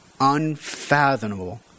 unfathomable